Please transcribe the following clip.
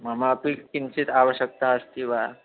ममापि किञ्चित् आवश्यकता अस्ति वा